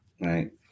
right